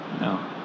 No